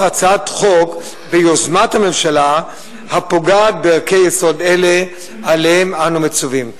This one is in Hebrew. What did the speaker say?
הצעת חוק ביוזמת הממשלה הפוגעת בערכי יסוד אלה שעליהם אנו מצווים.